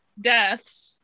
deaths